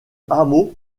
hameau